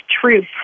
truth